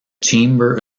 chamber